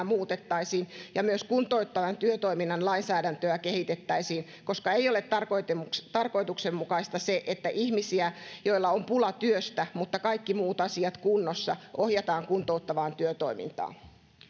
muutettaisiin ja myös kuntouttavan työtoiminnan lainsäädäntöä kehitettäisiin koska ei ole tarkoituksenmukaista se että ihmisiä joilla on pula työstä mutta kaikki muut asiat kunnossa ohjataan kuntouttavaan työtoimintaan